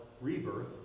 Rebirth